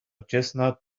chestnut